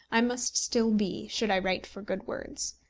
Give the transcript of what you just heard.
i must still be, should i write for good words.